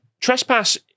Trespass